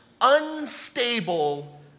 unstable